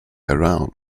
around